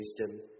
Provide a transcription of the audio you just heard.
wisdom